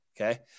okay